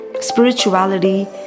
spirituality